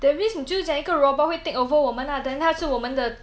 there is 你就讲一个 robot 会 take over 我们 lah then 它是我们的